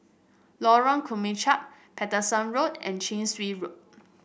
Lorong Kemunchup Paterson Road and Chin Swee Road